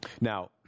Now